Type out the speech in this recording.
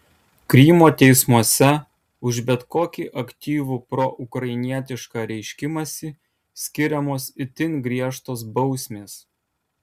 krymo teismuose už bet kokį aktyvų proukrainietišką reiškimąsi skiriamos itin griežtos bausmės